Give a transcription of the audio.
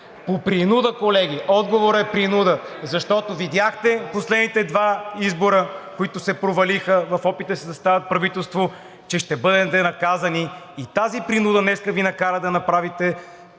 По принуда, колеги, отговорът е принуда, защото видяхте последните два избора, които се провалиха в опита си да съставят правителство, че ще бъдете наказани и тази принуда днес Ви накара да направите